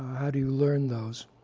how do you learn those?